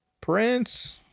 Prince